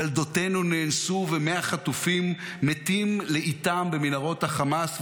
ילדותינו נאנסו ומאה חטופים מתים לאיטם במנהרות החמאס,